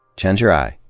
chenjerai.